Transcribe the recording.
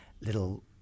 little